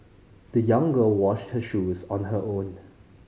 the young girl washed her shoes on her own